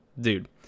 dude